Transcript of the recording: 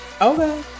Okay